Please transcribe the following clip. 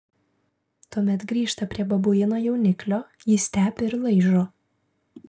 tuomet grįžta prie babuino jauniklio jį stebi ir laižo